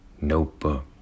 Notebook